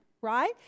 right